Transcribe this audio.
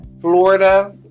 Florida